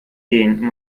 gehen